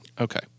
Okay